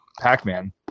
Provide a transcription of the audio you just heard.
Pac-Man